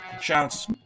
shouts